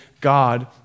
God